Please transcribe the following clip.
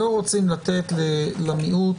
לא רוצים לתת למיעוט,